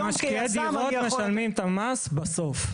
משקיעי דירות משלמים את המס בסוף.